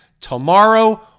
tomorrow